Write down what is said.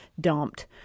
dumped